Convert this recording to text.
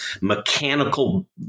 mechanical